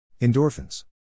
Endorphins